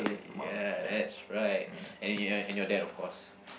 ya that's right and your and your dad of course